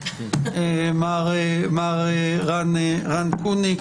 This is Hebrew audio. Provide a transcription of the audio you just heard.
מר רן קוניק,